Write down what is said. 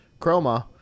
Chroma